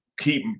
Keep